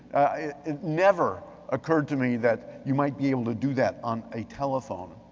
it never occurred to me that you might be able to do that on a telephone.